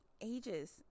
ages